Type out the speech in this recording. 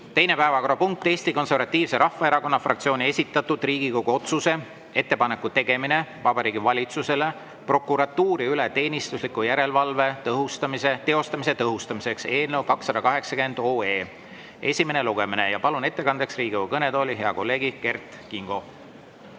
Teine päevakorrapunkt: Eesti Konservatiivse Rahvaerakonna fraktsiooni esitatud Riigikogu otsuse "Ettepaneku tegemine Vabariigi Valitsusele prokuratuuri üle teenistusliku järelevalve teostamise tõhustamiseks" eelnõu 280 esimene lugemine. Palun ettekandeks Riigikogu kõnetooli hea kolleegi Kert Kingo.